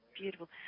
beautiful